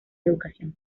educación